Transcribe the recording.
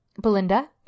Belinda